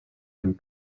amb